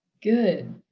Good